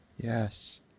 Yes